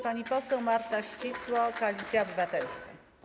Pani poseł Marta Wcisło, Koalicja Obywatelska.